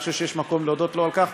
אני חושב שיש מקום להודות לו על כך.